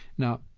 now,